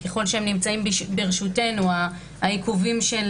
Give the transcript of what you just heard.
ככל שהם נמצאים ברשותנו העיכובים של